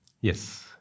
Yes